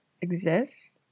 exists